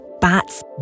bats